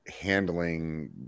handling